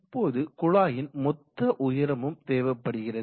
இப்போது குழாயின் மொத்த உயரமும் தேவைப்படுகிறது